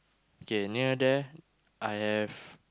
okay near there I have